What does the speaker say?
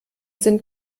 sind